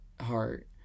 heart